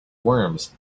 worms